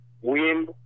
wind